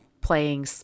playing